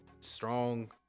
strong